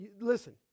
Listen